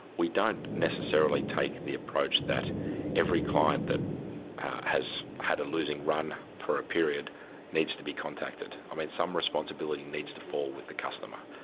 we don't necessarily take the approach that every client that has had a losing run for a period needs to be contacted. i mean, some responsibility needs to fall with the customer.